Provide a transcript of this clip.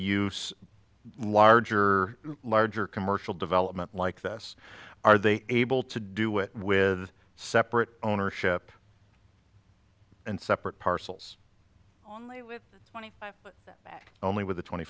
use larger larger commercial development like this are they able to do it with separate ownership and separate parcels with twenty